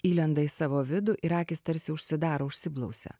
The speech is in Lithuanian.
įlenda į savo vidų ir akys tarsi užsidaro užsiblausia